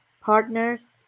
partners